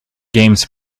games